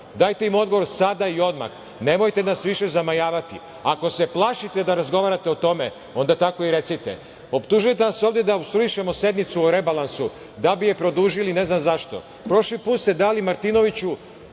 Dajte im odgovor sada i odmah, nemojte nas više zamajavati. Ako se plašite da razgovarate o tome, onda tako i recite. Optužujete nas ovde da opstruišemo sednicu o rebalansu da bi je produžili ne znam zašto. Prošli put ste dali Martinoviću